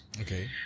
Okay